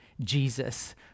Jesus